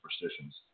superstitions